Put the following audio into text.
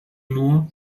nur